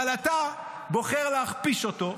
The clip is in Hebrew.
אבל אתה בוחר להכפיש אותו.